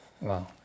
Wow